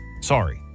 Sorry